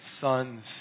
son's